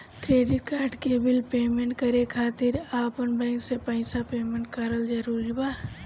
Credit card के bill payment करे खातिर आपन बैंक से पईसा पेमेंट करल जरूरी बा?